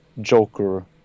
Joker